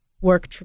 work